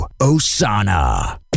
Osana